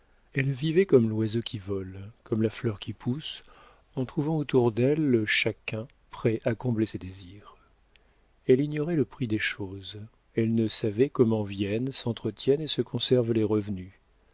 elle vivait comme l'oiseau qui vole comme la fleur qui pousse en trouvant autour d'elle chacun prêt à combler ses désirs elle ignorait le prix des choses elle ne savait comment viennent s'entretiennent et se conservent les revenus